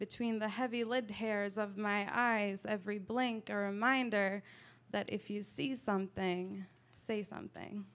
between the heavy lead hairs of my every blink or a minder that if you see something say something